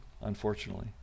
unfortunately